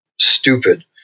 stupid